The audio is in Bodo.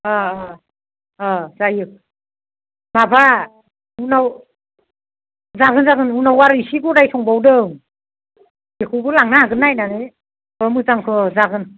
अ अ अ जायो माबा उनाव जागोन जागोन उनाव आरो इसे गदाय संबावदों बेखौबो लांनो हागोन नायनानै अ मोजांखौ अ जागोन